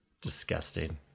disgusting